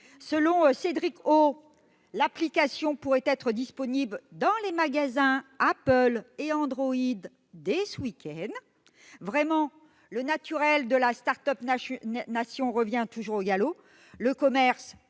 Selon Cédric O, l'application « pourrait être disponible dans les magasins Apple et Android dès ce week-end ». Vraiment, le naturel de la « start-up nation » revient toujours au galop